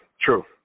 true